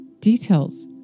Details